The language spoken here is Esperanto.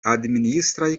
administraj